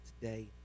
today